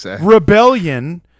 Rebellion